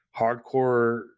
hardcore